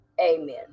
Amen